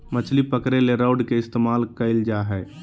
मछली पकरे ले रॉड के इस्तमाल कइल जा हइ